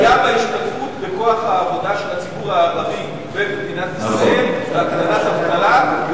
עלייה בהשתתפות בכוח העבודה של הציבור הערבי במדינת ישראל להפחתת אבטלה.